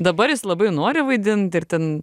dabar jis labai nori vaidint ir ten